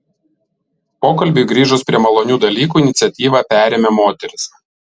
pokalbiui grįžus prie malonių dalykų iniciatyvą perėmė moterys